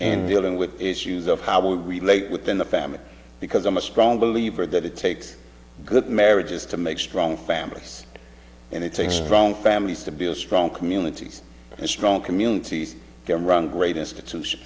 and dealing with issues of how we relate within the family because i'm a strong believer that it takes good marriages to make strong families and it takes strong families to be a strong communities and strong communities can run great institution